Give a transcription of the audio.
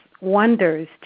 wonders